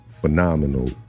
phenomenal